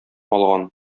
алган